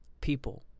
people